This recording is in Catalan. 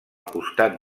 costat